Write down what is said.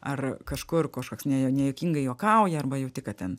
ar kažkur kažkoks nejuo nejuokingai juokauja arba jauti kad ten